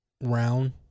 round